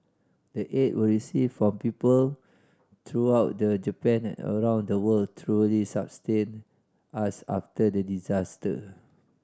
the aid we received from people throughout the Japan and around the world truly sustained us after the disaster